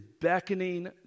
beckoning